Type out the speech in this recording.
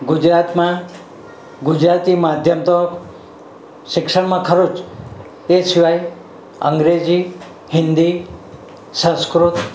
ગુજરાતમાં ગુજરાતી માધ્યમ તો શિક્ષણમાં ખરું જ એ સિવાય અંગ્રેજી હિન્દી સંસ્કૃત